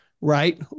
right